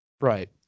Right